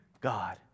God